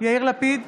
יאיר לפיד,